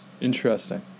Interesting